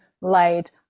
light